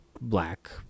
black